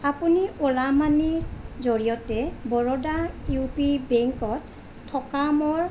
আপুনি অ'লা মানিৰ জৰিয়তে বৰোডা ইউ পি বেংকত থকা মোৰ